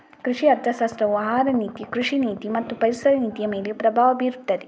ಕೃಷಿ ಅರ್ಥಶಾಸ್ತ್ರವು ಆಹಾರ ನೀತಿ, ಕೃಷಿ ನೀತಿ ಮತ್ತು ಪರಿಸರ ನೀತಿಯಮೇಲೆ ಪ್ರಭಾವ ಬೀರುತ್ತದೆ